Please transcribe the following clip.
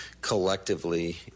collectively